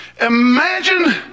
Imagine